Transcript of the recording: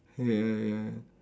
ya ya ya